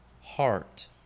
heart